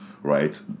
right